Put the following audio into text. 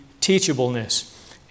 teachableness